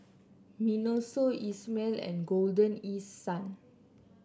Miniso Isomil and Golden East Sun